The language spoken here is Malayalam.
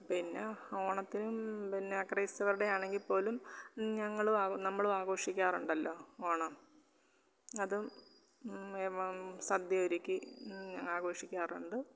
പിന്നെ ഓണത്തിനും പിന്നെ ക്രൈസ്തവരുടെ ആണെങ്കിൽപ്പോലും ഞങ്ങളും ആ നമ്മളും ആഘോഷിക്കാറുണ്ടല്ലോ ഓണം അതും സദ്യ ഒരുക്കി ആഘോഷിക്കാറുണ്ട്